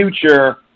future